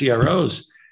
CROs